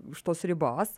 už tos ribos